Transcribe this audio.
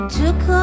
took